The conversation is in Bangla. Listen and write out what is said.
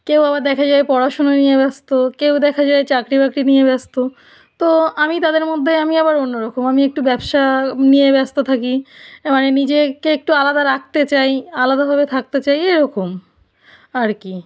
কেউ আবার দেখা যায় পড়াশুনা নিয়ে ব্যস্ত কেউ দেখা যায় চাকরি বাকরি নিয়ে ব্যস্ত তো আমি তাদের মধ্যে আমি আবার অন্য রকম আমি একটু ব্যবসা নিয়ে ব্যস্ত থাকি মানে নিজেকে একটু আলাদা রাখতে চাই আলাদাভাবে থাকতে চাই এরকম আর কি